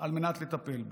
על מנת לטפל בה.